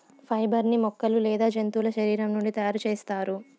fibre ని మొక్కలు లేదా జంతువుల శరీరం నుండి తయారు చేస్తారు